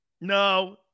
No